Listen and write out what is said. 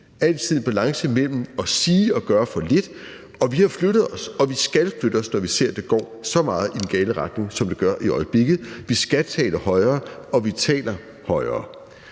altid en balance mellem at sige og gøre for lidt og sige og gøre for meget. Vi har flyttet os, og vi skal flytte os, når vi ser, at det går så meget i den gale retning, som det gør i øjeblikket. Vi skal tale højere, og vi taler højere.